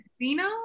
casino